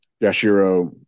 Yashiro